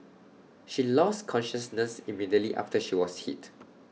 she lost consciousness immediately after she was hit